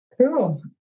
Cool